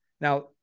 Now